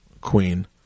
queen